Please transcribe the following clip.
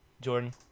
Jordan